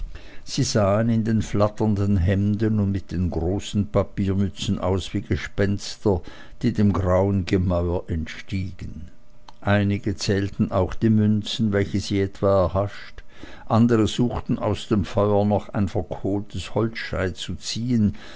sie sahen in den flatternden hemden und mit den hohen papiermützen aus wie gespenster die dem grauen gemäuer entstiegen einige zählten auch die münzen welche sie etwa erhascht andere suchten aus dem feuer noch ein verkohltes holzscheit zu ziehen